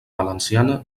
valenciana